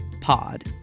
pod